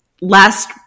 last